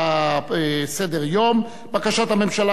11 בסדר-היום: בקשת הממשלה,